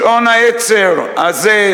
שעון העצר הזה,